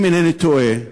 אם אינני טועה,